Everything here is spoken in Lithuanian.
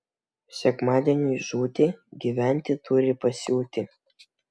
sekmadieniui žūti gyventi turi pasiūti